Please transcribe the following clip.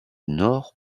nord